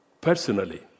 Personally